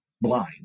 blind